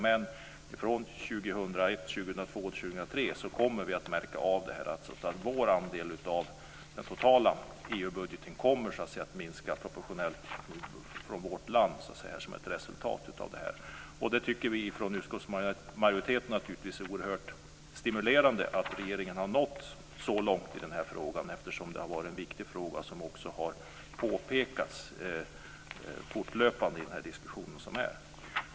Men från 2001, 2002 och 2003 kommer vi att märka av det här, dvs. att vår andel av den totala EU budgeten kommer att minska proportionellt från vårt land som ett resultat av det här. Vi från utskottsmajoriteten tycker naturligtvis att det är oerhört stimulerande att regeringen har nått så långt i den här frågan, eftersom det har varit en viktig fråga, vilket också har påpekats fortlöpande i den diskussion som har varit.